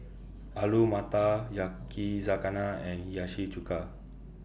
Alu Matar Yakizakana and Hiyashi Chuka